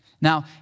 Now